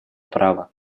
права